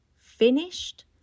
Finished